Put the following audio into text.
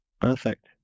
Perfect